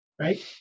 Right